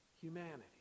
humanity